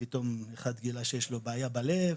אחד פתאום גילה שיש לו בעיה בלב,